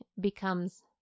becomes